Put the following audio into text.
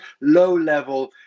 low-level